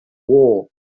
war